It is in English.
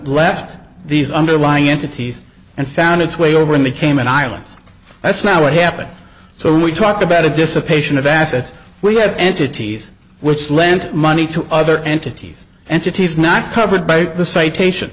left these underlying into t's and found its way over in the cayman islands that's not what happened so when we talk about a dissipating of assets we have entities which lent money to other entities entities not covered by the citation